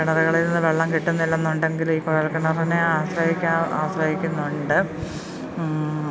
കിണറുകളിൽ നിന്ന് വെള്ളം കിട്ടുന്നില്ലെന്നുണ്ടെങ്കില് ഈ കുഴൽക്കിണറിനെ ആശ്രയിക്കുന്നുണ്ട്